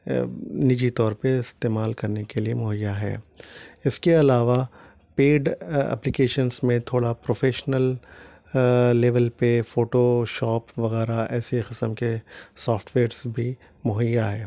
نجی طور پہ استعمال کرنے کے لیے مہیا ہے اس کے علاوہ پیڈ اپلیکیشنس میں تھوڑا پروفیشنل لیول پہ فوٹو شاپ وغیرہ ایسے قسم کے سافٹ ویئرس بھی مہیا ہے